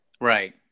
Right